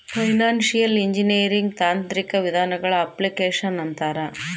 financial engineering ತಾಂತ್ರಿಕ ವಿಧಾನಗಳ application ಅಂತಾರ